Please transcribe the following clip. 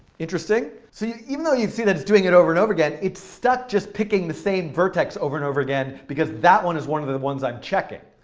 interesting so even though you see that it's doing it over and over again, it's stuck just picking the same vertex over and over again because that one is one of the the ones i'm checking.